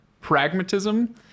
pragmatism